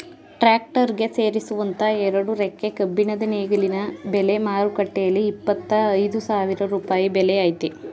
tractor ಗೆ ಸೇರಿಸುವಂತ ಎರಡು ರೆಕ್ಕೆ ಕಬ್ಬಿಣದ ನೇಗಿಲಿನ ಬೆಲೆ ಮಾರುಕಟ್ಟೆಲಿ ಇಪ್ಪತ್ತ ಐದು ಸಾವಿರ ರೂಪಾಯಿ ಬೆಲೆ ಆಯ್ತೆ